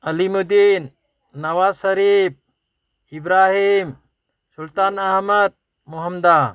ꯑꯂꯤꯃꯨꯗꯤꯟ ꯅꯋꯥꯖ ꯁꯔꯤꯐ ꯏꯕ꯭ꯔꯥꯍꯤꯝ ꯔꯨꯜꯇꯥꯟ ꯑꯍꯃꯠ ꯃꯣꯍꯝꯗꯥ